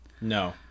no